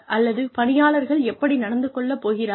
அல்லது பணியாளர்கள் எப்படி நடந்து கொள்ள போகிறார்கள்